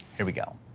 here we go.